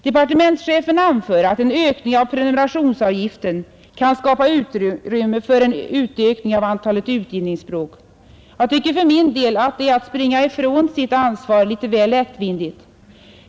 Departementschefen anför att en höjning av prenumerationsavgiften kan skapa utrymme för en utökning av antalet utgivningsspråk. Jag tycker för min del att det är att springa ifrån sitt ansvar litet väl lättvindigt.